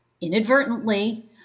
inadvertently